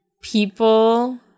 people